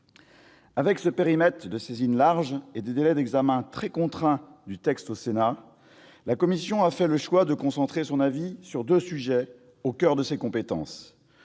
Avec ce périmètre de saisine large et des délais d'examen très contraints du texte au Sénat, la commission a fait le choix de concentrer son avis sur deux sujets au coeur de ses compétences